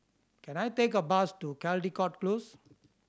can I take a bus to Caldecott Close